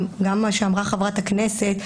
גם מה שאמרה חברת הכנסת.